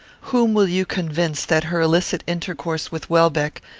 whom will you convince that her illicit intercourse with welbeck,